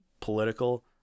political